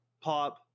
pop